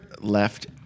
left